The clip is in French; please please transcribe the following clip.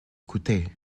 coûté